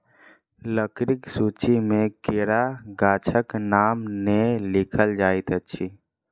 लकड़ीक सूची मे केरा गाछक नाम नै लिखल जाइत अछि